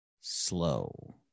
slow